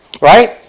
Right